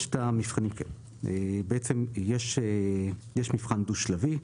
יש מבחן דו-שלבי.